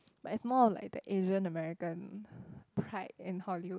but it's more of like the Asian American pride in Hollywood